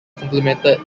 complimented